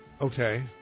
Okay